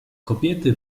kobiety